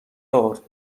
آرد